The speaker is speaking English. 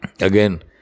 again